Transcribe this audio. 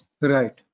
Right